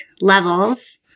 levels